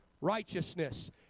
righteousness